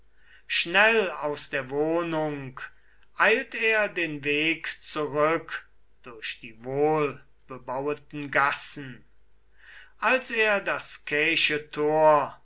schnell aus der wohnung eilt er den weg zurück durch die wohlbebaueten gassen als er das skäische tor